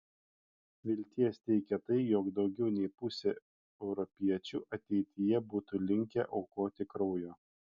vilties teikia tai jog daugiau nei pusė europiečių ateityje būtų linkę aukoti kraujo